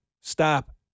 stop